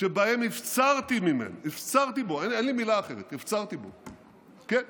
שבהם הפצרתי בו, אין לי מילה אחרת, הפצרתי בו, כן,